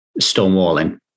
stonewalling